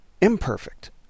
imperfect